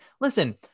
listen